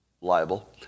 liable